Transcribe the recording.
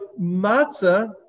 matzah